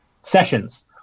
sessions